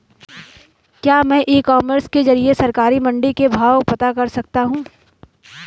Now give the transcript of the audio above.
क्या मैं e commerce के ज़रिए सरकारी मंडी के भाव पता कर सकता हूँ?